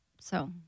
So-